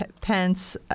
Pence